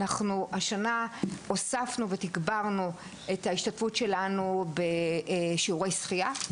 השנה הוספנו ותגברנו את ההשתתפות שלנו בשיעורי שחייה.